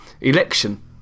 election